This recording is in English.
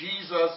Jesus